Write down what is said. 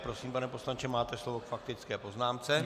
Prosím, pane poslanče, máte slovo k faktické poznámce.